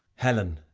helen,